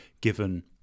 given